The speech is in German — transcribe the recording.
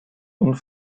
und